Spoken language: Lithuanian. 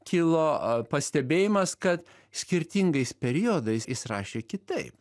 kilo pastebėjimas kad skirtingais periodais jis rašė kitaip